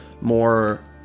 more